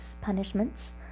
punishments